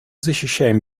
защищаем